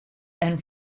and